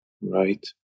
Right